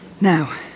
Now